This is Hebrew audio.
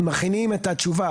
אנחנו מכינים את התשובה,